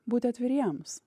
būti atviriems